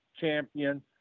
champion